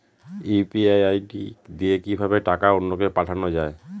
UPI ID দিয়ে কিভাবে টাকা অন্য কে পাঠানো যায়?